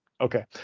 Okay